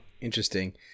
Interesting